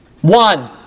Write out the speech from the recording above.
One